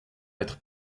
être